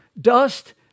dust